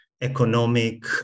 Economic